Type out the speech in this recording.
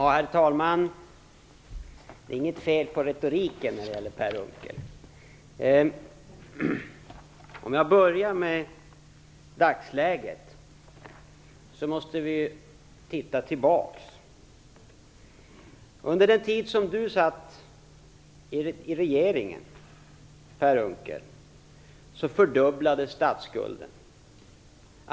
Herr talman! Det är inget fel på Per Unckels retorik. Jag tänkte tala om dagsläget, men först måste vi titta tillbaka. Under den tid Per Unckel satt med i regeringen fördubblades statsskulden.